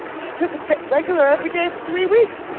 she's took a fit regular every day for three weeks.